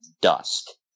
dust